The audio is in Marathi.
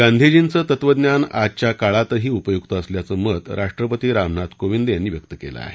गांधीजीचं तत्वज्ञान आजच्या काळातही उपयुक्त असल्याचं मत राष्ट्रपती रामनाथ कोविंद यांनी म्हटलं आहे